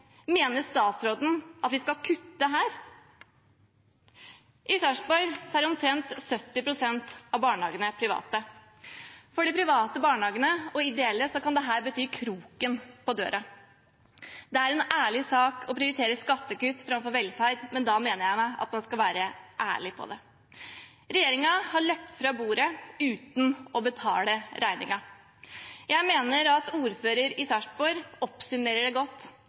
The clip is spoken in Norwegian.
mener statsråden at vi skal kutte her? I Sarpsborg er omtrent 70 pst. av barnehagene private. For de private og ideelle barnehagene kan dette bety kroken på døren. Det er en ærlig sak å prioritere skattekutt framfor velferd, men da mener jeg at man skal være ærlig om det. Regjeringen har løpt fra bordet uten å betale regningen. Jeg mener at ordføreren i Sarpsborg oppsummerer det godt